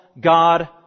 God